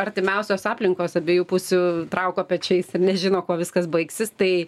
artimiausios aplinkos abiejų pusių trauko pečiais ir nežino kuo viskas baigsis tai